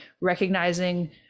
recognizing